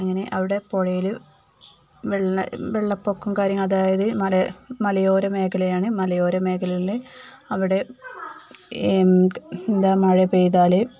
അങ്ങനെ അവിടെ പുഴയിൽ വെള്ള വെള്ളപ്പൊക്കം കാര്യങ്ങൾ അതായത് മല മലയോര മേഖലയാണ് മലയോര മേഖലയിൽ അവിടെ എന്താ മഴ പെയ്താൽ